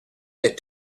that